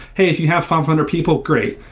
hey, if you have five hundred people, great.